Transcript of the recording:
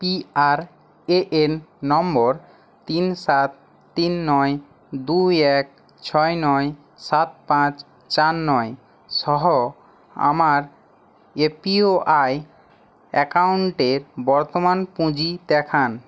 PRAN number তিন সাত তিন নয় দুই এক ছয় নয় সাত পাঁচ চার নয় সহ আমার এপিওয়াই অ্যাকাউন্টের বর্তমান পুঁজি দেখান